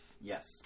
Yes